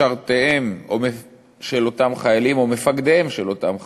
משרתיהם של אותם חיילים או מפקדיהם של אותם חיילים,